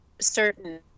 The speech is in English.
certain